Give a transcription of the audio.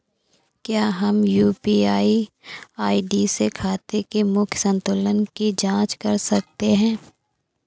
क्या हम UPI ID से खाते के मूख्य संतुलन की जाँच कर सकते हैं?